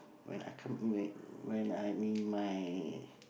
when I come when when I'm in my